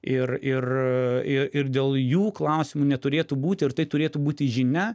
ir ir ir ir dėl jų klausimų neturėtų būti ir tai turėtų būti žinia